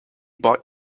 boy